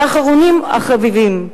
ואחרונים חביבים,